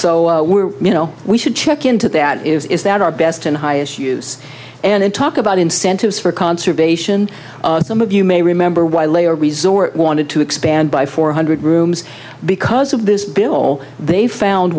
so we're you know we should check into that is that our best and highest use and talk about incentives for conservation some of you may remember why layer resort wanted to expand by four hundred rooms because of this bill they found